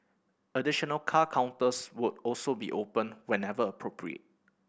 additional car counters would also be opened whenever appropriate